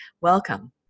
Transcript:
Welcome